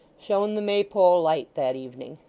shone the maypole light that evening.